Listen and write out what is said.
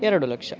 ಎರಡು ಲಕ್ಷ